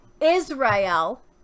Israel